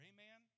Amen